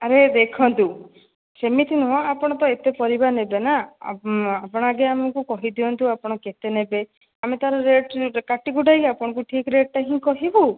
ଆରେ ଦେଖନ୍ତୁ ସେମିତି ନୁହଁ ଆପଣ ତ ଏତେ ପରିବା ନେବେ ନା ଆପଣ ଆଗେ କହିଦିଅନ୍ତୁ ଆପଣ କେତେ ନେବେ ଆମେ ତା'ର ରେଟ୍ କାଟି କୁଟାକି ଆପଣଙ୍କୁ ଠିକ୍ ରେଟ୍ଟା ହିଁ କହିବୁ